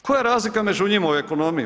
Koja je razlika među njima u ekonomiji?